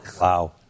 Wow